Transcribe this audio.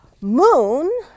Moon